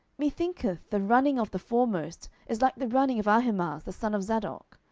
me thinketh the running of the foremost is like the running of ahimaaz the son of zadok.